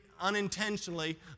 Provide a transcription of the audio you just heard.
unintentionally